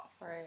Right